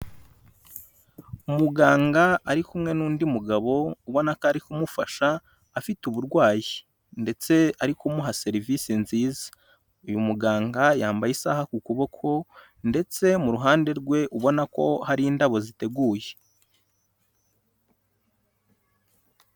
Umuganga ari kumwe n'undi mugabo ubona ko ari kumufasha afite uburwayi ndetse ari kumuha serivisi nziza. Uyu muganga yambaye isaha ku kuboko ndetse mu ruhande rwe ubona ko hari indabo ziteguye.